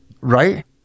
right